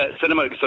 cinema